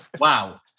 Wow